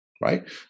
right